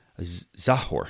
Zahor